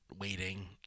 waiting